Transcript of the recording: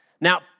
Now